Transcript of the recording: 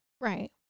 Right